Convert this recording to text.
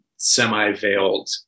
semi-veiled